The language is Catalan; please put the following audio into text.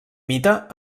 mite